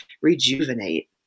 rejuvenate